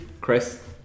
Chris